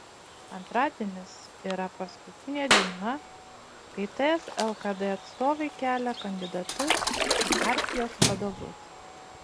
antradienis yra paskutinė diena kai ts lkd atstovai kelia kandidatus į partijos vadovus